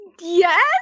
yes